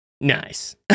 nice